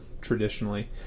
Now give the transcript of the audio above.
traditionally